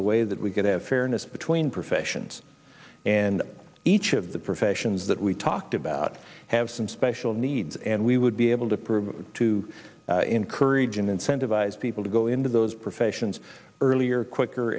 a way that we could have fairness between professions and each of the professions that we talked about have some special needs and we would be able to prove to encourage and incentivize people to go into those professions earlier quicker